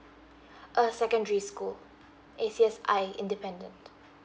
uh secondary school A_C_S_I independent